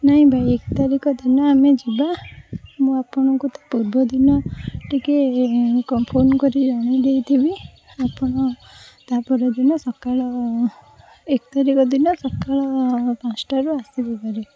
ନାଇଁ ଭାଇ ଏକ ତାରିକ ଦିନ ଆମେ ଯିବା ମୁଁ ଆପଣଙ୍କୁ ତା' ପୂର୍ଵଦିନ ଟିକିଏ କ ଫୋନ୍ କରି ଜଣେଇ ଦେଇଥିବି ଆପଣ ତା'ପର ଦିନ ସକାଳ ଏକ ତାରିଖ ଦିନ ସକାଳ ପାଂଶଟାରୁ ଆସିବେ ହେରି